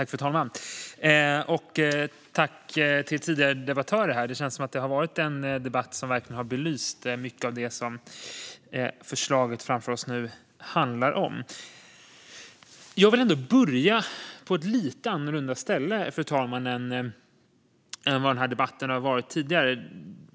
Fru talman! Tack till tidigare debattörer! Det känns som att det har varit en debatt som har belyst mycket av det som förslaget framför oss handlar om. Jag vill börja på ett lite annorlunda ställe, fru talman, än där debatten har varit tidigare.